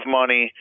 money